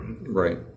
Right